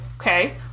Okay